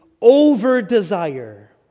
over-desire